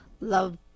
love